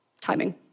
timing